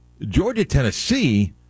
Georgia-Tennessee